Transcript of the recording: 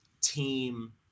team